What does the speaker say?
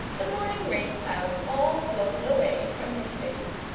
the morning rain-clouds all blown away from his face.